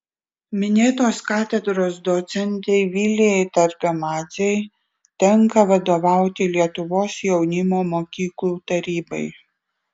minėtos katedros docentei vilijai targamadzei tenka vadovauti lietuvos jaunimo mokyklų tarybai